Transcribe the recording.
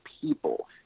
people